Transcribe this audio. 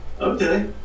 Okay